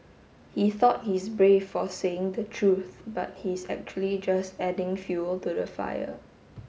he thought he's brave for saying the truth but he's actually just adding fuel to the fire